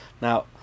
Now